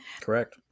Correct